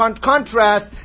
contrast